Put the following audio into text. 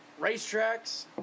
racetracks